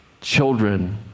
children